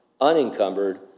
unencumbered